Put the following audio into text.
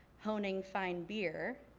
honing fine beer,